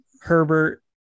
Herbert